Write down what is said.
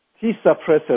T-suppressor